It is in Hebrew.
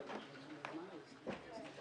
לא אתי שכל יושב-ראש ועדה, כל חבר כנסת,